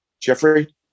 Jeffrey